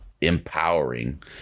empowering